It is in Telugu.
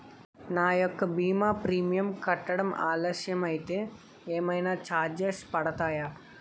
నా యెక్క భీమా ప్రీమియం కట్టడం ఆలస్యం అయితే ఏమైనా చార్జెస్ పడతాయా?